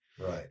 Right